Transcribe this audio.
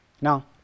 Now